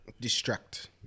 distract